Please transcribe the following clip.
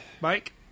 Mike